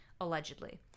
allegedly